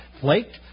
Flaked